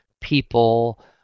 people